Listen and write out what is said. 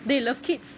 they love kids